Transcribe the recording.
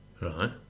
Right